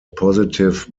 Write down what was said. positive